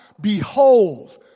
behold